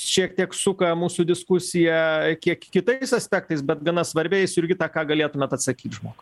šiek tiek suka mūsų diskusiją kiek kitais aspektais bet gana svarbiais jurgita ką galėtumėt atsakyt žmogui